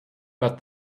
but